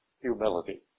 humility